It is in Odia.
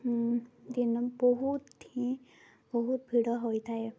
ଦିନ ବହୁତ ହିଁ ବହୁତ ଭିଡ଼ ହୋଇଥାଏ